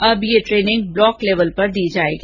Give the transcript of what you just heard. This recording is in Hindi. अब यह ट्रेनिंग ब्लॉक लेवल पर दी जाएगी